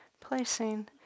placing